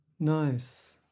Nice